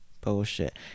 Bullshit